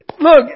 look